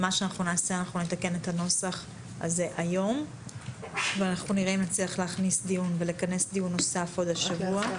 נתקן את הנוסח היום ונראה אם נצליח לכנס דיון נוסף עוד השבוע